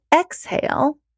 exhale